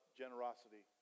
generosity